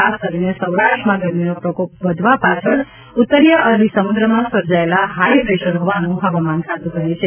ખાસ કરીને સૌરાષ્ટ્રમાં ગરમીનો પ્રકોપ વધવા પાછળ ઉત્તરીય અરબી સમુદ્રમાં સર્જાયેલા હાઇપ્રેશર હોવાનું હવામાન ખાતું કહે છે